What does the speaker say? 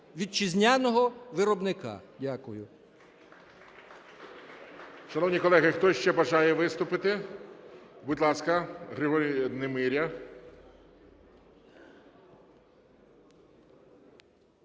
вітчизняного виробника. Дякую.